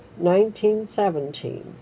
1917